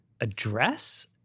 address